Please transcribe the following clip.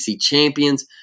champions